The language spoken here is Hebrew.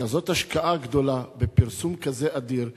כזאת השקעה גדולה בפרסום כזה אדיר,